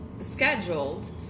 scheduled